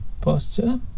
posture